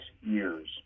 years